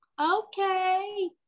okay